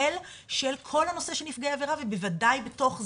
של כל הנושא של נפגעי עבירה ובוודאי בתוך זה,